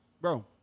bro